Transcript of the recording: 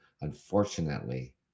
unfortunately